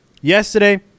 Yesterday